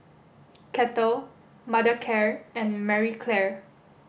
Kettle Mothercare and Marie Claire